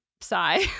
sigh